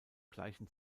gleichen